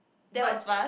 but